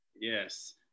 Yes